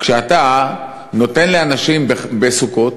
כשאתה נותן לאנשים בסוכות,